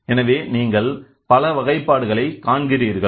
எனவே நீங்கள் பல வகைப்பாடுகளை காண்கிறீர்கள்